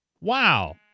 wow